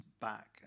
back